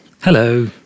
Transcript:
Hello